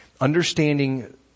understanding